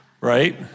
right